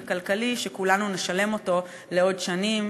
חברתי וכלכלי שכולנו נשלם אותו לעוד שנים,